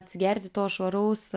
atsigerti to švaraus